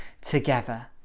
together